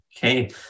Okay